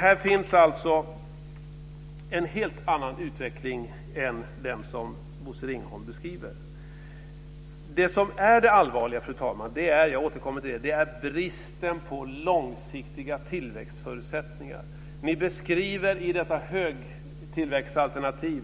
Här finns alltså en helt annan utveckling än den som Bosse Ringholm beskriver. Det allvarliga, fru talman, är bristen på långsiktiga tillväxtförutsättningar. Ni beskriver i detta högtillväxtalternativ